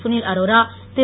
Sunil Arora Thiru